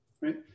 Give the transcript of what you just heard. right